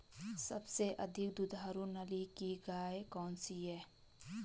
सबसे अधिक दुधारू नस्ल की गाय कौन सी है?